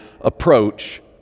approach